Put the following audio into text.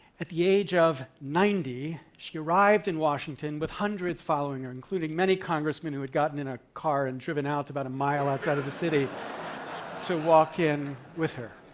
at the age of ninety, she arrived in washington with hundreds following her, including many congressmen who had gotten in a car and driven out about a mile outside of the city to walk in with her.